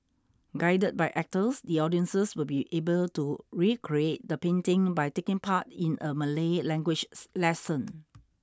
guided by actors the audiences will be able to recreate the painting by taking part in a Malay language lesson